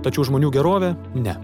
tačiau žmonių gerovė ne